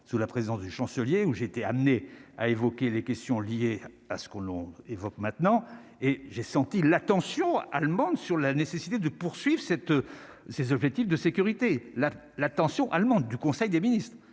sous la présidence du chancelier, où j'ai été amené à évoquer les questions liées à ce qu'on l'on évoque maintenant. Et j'ai senti la tension allemande sur la nécessité de poursuive cette ses objectifs de sécurité la la tension allemande du conseil des ministres,